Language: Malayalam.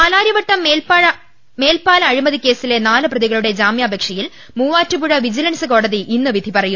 പാലാരിവട്ടം മേൽപ്പാല അഴിമതിക്കേസിലെ നാല് പ്രതികളുടെ ജാമ്യാപേക്ഷയിൽ മൂവാറ്റുപുഴ വിജിലൻസ് കോടതി ഇന്ന് പിധി പറയും